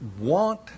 want